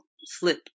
slip